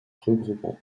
regroupant